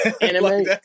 anime